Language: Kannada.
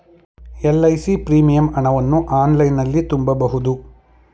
ಎಲ್.ಐ.ಸಿ ಪ್ರೀಮಿಯಂ ಹಣವನ್ನು ಆನ್ಲೈನಲ್ಲಿ ತುಂಬಬಹುದು